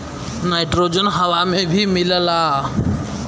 nitrogen हवा से भी मिलेला